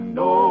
no